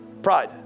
Pride